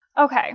Okay